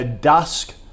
Dusk